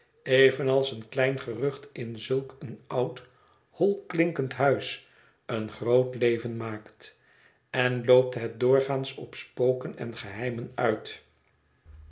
evenals een klein gerucht in zulk een oud holklinkend huis een groot leven maakt en loopt het doorgaans op spoken en geheimen uit